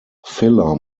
filler